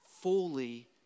Fully